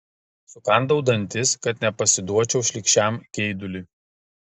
sukandau dantis kad nepasiduočiau šlykščiam geiduliui